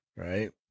Right